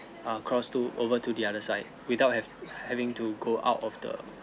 err cross to over to the other side without have having to go out of the